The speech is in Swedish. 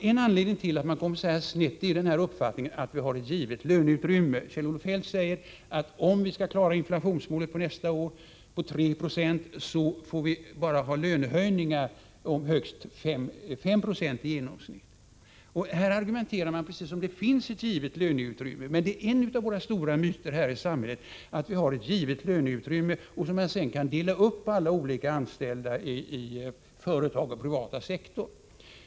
En anledning till att man kommer så här snett är uppfattningen att vi tror att vi har ett givet löneutrymme. Kjell-Olof Feldt säger att om vi skall klara inflationsmålet för nästa år på 3 90 får lönehöjningarna inte bli högre än 5 96 i genomsnitt. Här argumenterar man precis som om det finns ett givet löneutrymme. Men det är en av våra stora myter här i samhället, att vi har ett givet löneutrymme som man sedan kan dela upp på alla anställda i den offentliga 119 och i den privata sektorn.